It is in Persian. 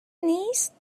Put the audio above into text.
نیست